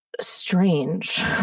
strange